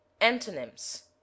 Antonyms